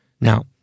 Now